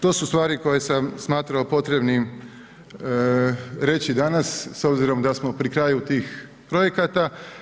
To su stvari koje sam smatrao potrebnim reći danas s obzirom da smo pri kraju tih projekata.